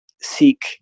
seek